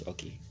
Okay